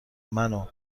منو